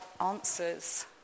answers